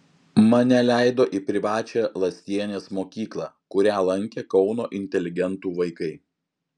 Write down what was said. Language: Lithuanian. mane leido į privačią lastienės mokyklą kurią lankė kauno inteligentų vaikai